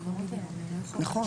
נכון.